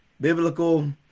biblical